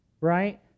Right